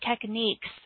techniques